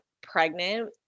pregnant